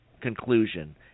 conclusion –